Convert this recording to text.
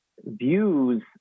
views